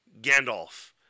Gandalf